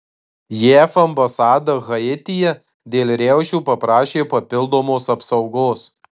jav ambasada haityje dėl riaušių paprašė papildomos apsaugos